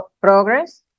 progress